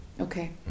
Okay